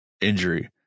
injury